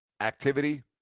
Activity